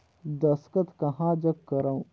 दस्खत कहा जग करो?